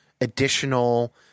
additional